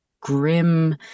grim